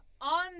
On